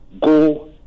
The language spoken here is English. go